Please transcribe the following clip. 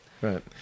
Right